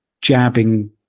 jabbing